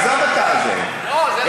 עזוב, לא, זה לא מכובד.